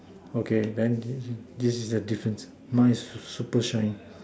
okay then this is this is the difference mine is super shine